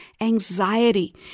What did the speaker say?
anxiety